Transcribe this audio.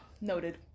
noted